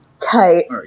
Tight